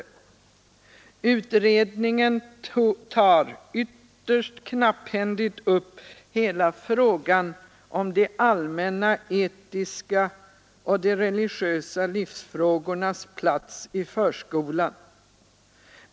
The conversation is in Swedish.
Utredningen tar ytterst knapphändigt upp hela frågan om de allmänna etiska och religiösa livsfrågornas plats i förskolan.